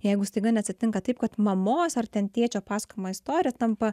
jeigu staiga neatsitinka taip kad mamos ar ten tėčio pasakojama istorija tampa